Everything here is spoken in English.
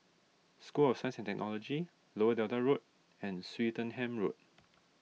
School of Science and Technology Lower Delta Road and Swettenham Road